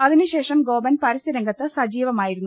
അതിന് ശേഷം ഗോപൻ പരസ്യരംഗത്ത് സജീവമായിരുന്നു